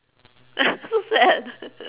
so sad